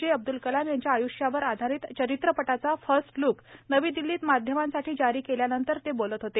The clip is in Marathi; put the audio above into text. जे अब्दुल कलाम यांच्या आय्ष्यावर आधारित चरित्रपटाचा फर्स्ट लुक नवी दिल्लीत माध्यमांसाठी जारी केल्यानंतर ते बोलत होते